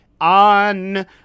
on